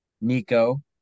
Nico